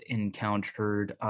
encountered